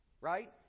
Right